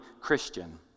Christian